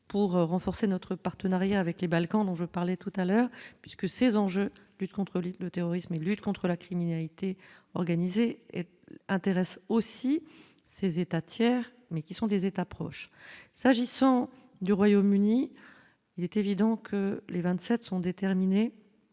pour renforcer notre partenariat avec les Balkans, dont je parlais tout à l'heure, puisque ces enjeux plus de contrôler le terrorisme et lutte contre la criminalité organisée et intéresse aussi ces États tiers mais qui sont des états proches s'agissant du Royaume-Uni, il est évident que les 27 sont déterminés